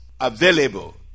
available